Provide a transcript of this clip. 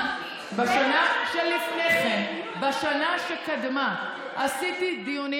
בשנה שלפני כן, בשנה שקדמה עשיתי דיונים.